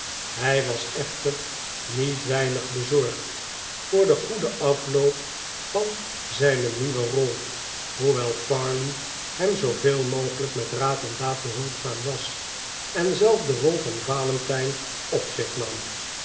hij was echter niet weinig bezorgd voor den goeden afloop van zijne nieuwe rol hoewel parley hem zooveel mogelijk met raad en daad behulpzaam was en zelfde rol van valentijn op zich nam